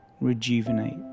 rejuvenate